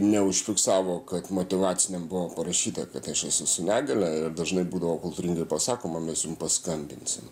neužfiksavo kad motyvaciniam buvo parašyta kad aš esu su negalia ir dažnai būdavo kultūringai pasakoma mes jum paskambinsim